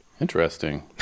interesting